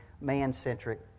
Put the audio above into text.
man-centric